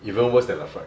even worse than Laphroaig